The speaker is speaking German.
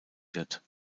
wird